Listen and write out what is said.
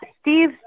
steve